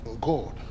God